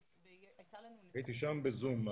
הייתי שם ב-זום.